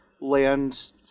land